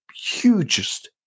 hugest